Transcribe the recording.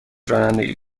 رانندگی